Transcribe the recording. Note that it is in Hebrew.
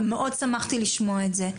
ומאוד שמחתי שלשמוע את זה.